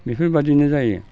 बेफोरबायदिनो जायो